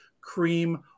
cream